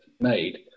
made